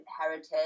heritage